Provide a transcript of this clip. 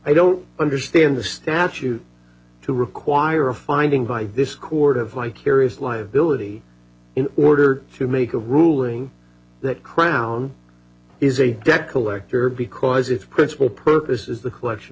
i don't understand the statute to require finding by this court a vicarious liability in order to make a ruling that crown is a debt collector because its principal purpose is the collection